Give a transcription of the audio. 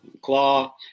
Claw